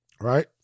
Right